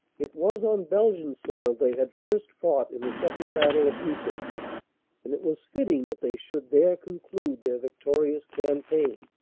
it was on belgian soil they had first fought in the second battle of ypres and it was fitting that they should there conclude their victorious campaign.